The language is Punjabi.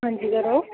ਹਾਂਜੀ ਕਰੋ